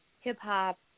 hip-hop